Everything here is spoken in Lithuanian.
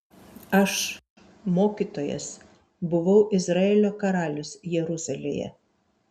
aš mokytojas buvau izraelio karalius jeruzalėje